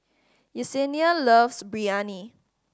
Yesenia loves Biryani